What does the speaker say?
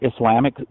Islamic